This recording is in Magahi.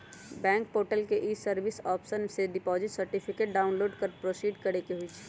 बैंक पोर्टल के ई सर्विस ऑप्शन में से डिपॉजिट सर्टिफिकेट डाउनलोड कर प्रोसीड करेके होइ छइ